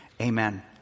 Amen